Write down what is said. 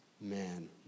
man